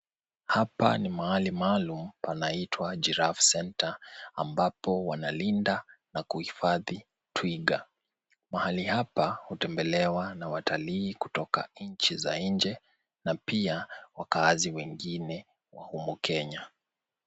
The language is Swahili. Hapa ni mahali maalum panaitwa cs[Giraffe Center]cs ambapo wanalinda na kuhifadhi twiga. Mahali hapa hutembelewa na watalii kutoka inchi za nje na pia wakaazi wengine wa humu Kenya.